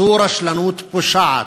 זו רשלנות פושעת.